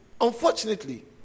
unfortunately